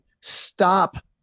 stop